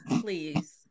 please